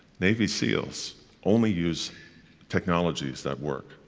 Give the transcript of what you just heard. navy seals only use technologies that work,